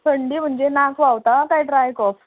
थंडी म्हणजे नाक व्हांवता काय ड्राय कॉफ